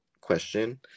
question